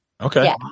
Okay